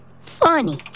Funny